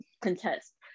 contest